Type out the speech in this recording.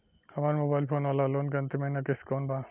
हमार mobile phone वाला loan के अंतिम महिना किश्त कौन बा?